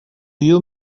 you